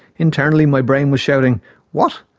internally, my brain was shouting what?